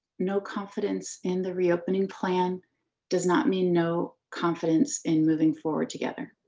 no confidence in the reopening plan does not mean no confidence in moving forward together.